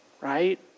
Right